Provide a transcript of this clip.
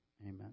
Amen